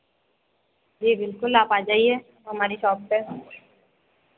जी बिल्कुल आप आ जाइए हमारी शॉप पे